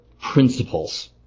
principles